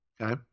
Okay